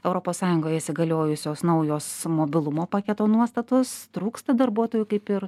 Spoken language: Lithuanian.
europos sąjungoje įsigaliojusios naujos mobilumo paketo nuostatos trūksta darbuotojų kaip ir